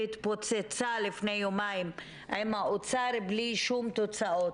והתפוצצה לפני יומיים עם האוצר בלי שום תוצאות.